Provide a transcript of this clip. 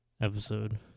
episode